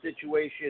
situation